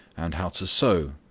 and how to sew,